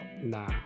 Nah